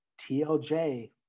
TLJ